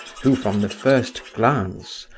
who, from the first glance,